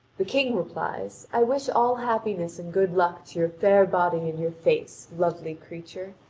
the king replies i wish all happiness and good luck to your fair body and your face, lovely creature!